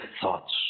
thoughts